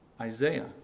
Isaiah